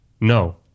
no